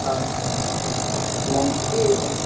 లంచ్కి